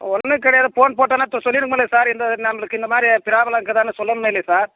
ஒன்றும் கிடையாது ஃபோன் போட்டுன்னாச்சும் சொல்லியிருக்கணும்ல சார் இந்த நம்மளுக்கு இந்த மாதிரி ப்ராப்ளம் இருக்குதான்னு சொல்லணுமா இல்லையா சார்